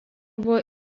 buvo